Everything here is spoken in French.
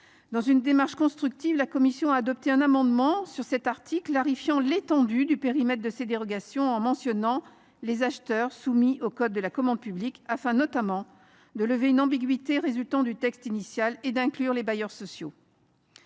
Dans une démarche constructive, la commission a adopté un amendement à cet article visant à clarifier l’étendue du périmètre de ces dérogations, en mentionnant les « acheteurs soumis au code de la commande publique », notamment afin de lever une ambiguïté résultant du texte initial et d’inclure les bailleurs sociaux.